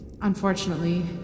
Unfortunately